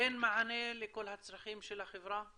נותן מענה לכל הצרכים של החברה?